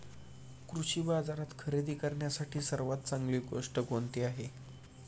कृषी बाजारात खरेदी करण्यासाठी सर्वात चांगली गोष्ट कोणती आहे?